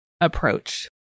approach